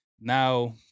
now